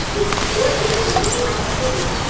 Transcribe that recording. this board game is way less too!